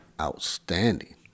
Outstanding